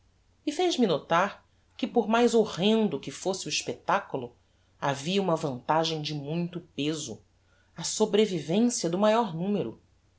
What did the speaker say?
e fez-me notar que por mais horrendo que fosse o espectaculo havia uma vantagem de muito peso a sobrevivencia do maior numero